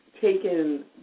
taken